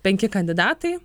penki kandidatai